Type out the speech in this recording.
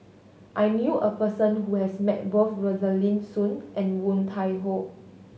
I knew a person who has met both Rosaline Soon and Woon Tai Ho